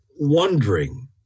wondering